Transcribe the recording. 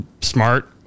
smart